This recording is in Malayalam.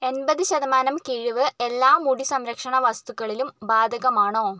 എൺപത് ശതമാനം കിഴിവ് എല്ലാ മുടി സംരക്ഷണ വസ്തുക്കളിലും ബാധകമാണോ